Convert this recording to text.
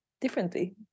differently